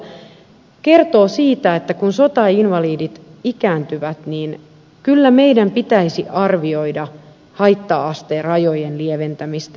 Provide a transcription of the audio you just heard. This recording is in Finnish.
se kertoo siitä että kun sotainvalidit ikääntyvät niin kyllä meidän pitäisi arvioida haitta asterajojen lieventämistä